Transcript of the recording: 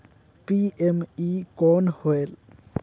PME कौन होयल?